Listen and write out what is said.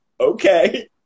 okay